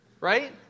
right